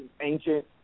ancient